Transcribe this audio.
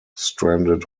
stranded